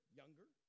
younger